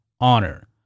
Honor